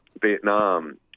Vietnam